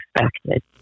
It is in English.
expected